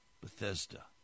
Bethesda